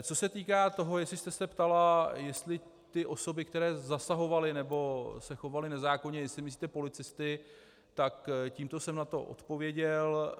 Co se týká toho, jak jste se ptala, jestli ty osoby, které zasahovaly nebo se chovaly nezákonně, jestli myslíte policisty, tak tímto jsem na to odpověděl.